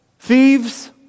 Thieves